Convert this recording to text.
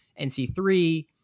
NC3